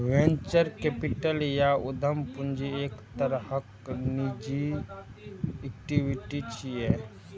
venture capital या उद्यम पूंजी एक तरहक निजी इक्विटी छियै